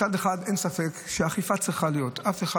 מצד אחד אין ספק שצריכה להיות אכיפה.